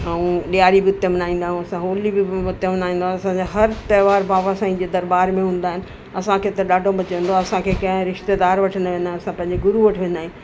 ऐं ॾियारी बि हिते मल्हाईंदा आहियूं असां होली बि हुते मल्हाईंदा आहियूं असांजा हर त्योहार बाबा साईं जे दरॿारि में हूंदा आहिनि असांखे त ॾाढो मज़ो ईंदो आहे असांखे कंहिं रिश्तेदार वटि न वेंदा आहियूं असां पंहिंजे गुरु वटि वेंदा आहियूं